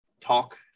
talk